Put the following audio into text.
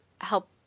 help